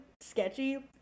sketchy